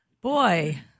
Boy